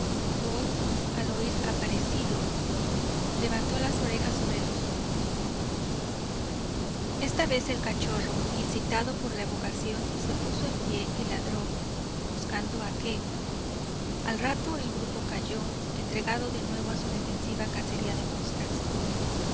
al oir aparecido levantó las orejas sobre los ojos esta vez el cachorro incitado por la evocación se puso en pie y ladró buscando a qué al rato el grupo calló entregado de nuevo a su defensiva cacería de moscas